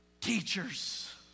Teachers